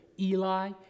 Eli